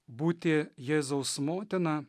būti jėzaus motina